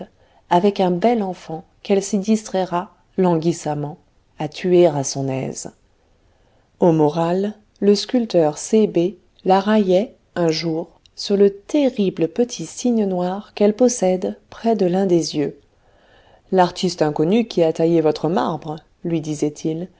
avec un bel enfant qu'elle s'y distraira languissamment à tuer à son aise au moral le sculpteur c b la raillait un jour sur le terrible petit signe noir qu'elle possède près de l'un des yeux l'artiste inconnu qui a taillé votre marbre lui disait-il